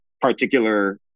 particular